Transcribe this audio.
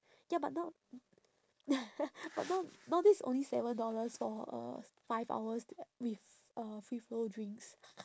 ya but now but now now this only seven dollars for uh five hours with uh free flow drinks